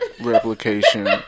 replication